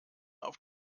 auf